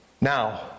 Now